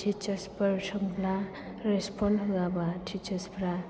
teachers फोर सोंब्ला respond होआब्ला टिचार्स फोरा